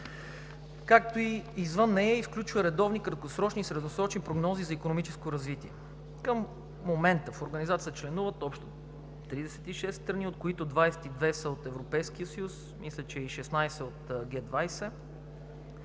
както и извън нея, и включва редовни краткосрочни и средносрочни прогнози за икономическо развитие. Към момента в Организацията членуват общо 36 страни, от които 22 са от Европейския съюз, мисля, че и 16 от Г-20,